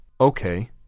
Okay